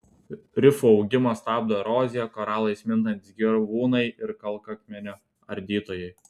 rifų augimą stabdo erozija koralais mintantys gyvūnai ir kalkakmenio ardytojai